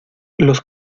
los